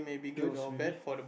pills maybe